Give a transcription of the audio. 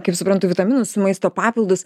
kaip suprantu vitaminus maisto papildus